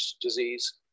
disease